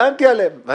הגנתי עליהם.